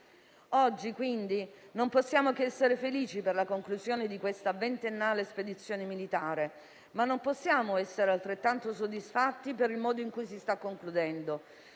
Oggi quindi non possiamo che essere felici per la conclusione di questa ventennale spedizione militare, ma non possiamo essere altrettanto soddisfatti per il modo in cui si sta concludendo.